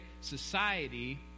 society